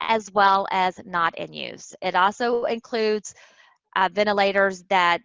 as well as not in use. it also includes ventilators that